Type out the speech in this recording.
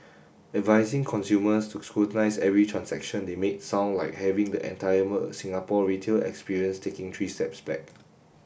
advising consumers to scrutinise every transaction they make sound like having the entire Singapore retail experience take three steps back